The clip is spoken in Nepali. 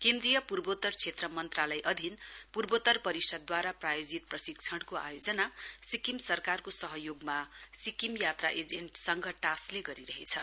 केन्द्रीय पूर्वोतर क्षेत्र मन्त्रालय अधीन पूर्वोतर परिषदद्वारा प्रायोजित प्रशिक्षणको आयोजना सिक्किम सरकारको सहयोगमा सिक्किम यात्रा एजेन्ट संघ टास ले गरिरहेछ